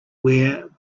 where